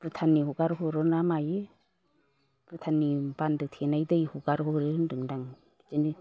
भुटाननि हगार हरोना मायो भुटाननि बान्दो थेनाय दै हगारहरो होन्दोंदां बिदिनो